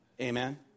Amen